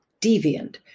deviant